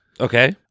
Okay